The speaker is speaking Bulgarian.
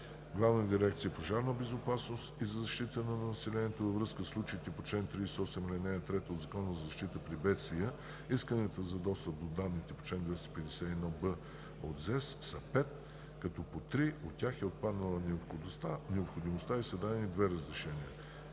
Главна дирекция „Пожарна безопасност и защита на населението“ във връзка със случаите по чл. 38, ал. 3 от Закона за защита при бедствия исканията за достъп до данните по чл. 251б от ЗЕС са 5, като по 3 от тях е отпаднала необходимостта и са дадени 2 разрешения.